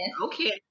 Okay